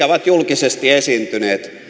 ovat julkisesti esiintyneet